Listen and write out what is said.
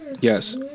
Yes